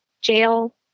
jail